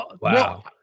Wow